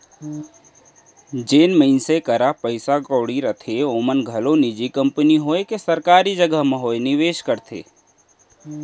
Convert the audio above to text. जेन मनसे करा पइसा कउड़ी रथे ओमन ह घलौ निजी कंपनी होवय के सरकारी जघा म होवय निवेस करथे